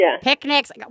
picnics